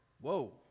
whoa